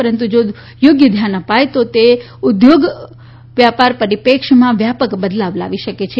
પરંતુ જો યોગ્ય ધ્યાન અપાય તો તે ઉદ્યોગ વ્યાપાર પરિપેક્ષમાં વ્યાપક બદલાવ લાવી શકે છે